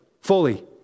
Fully